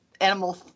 animal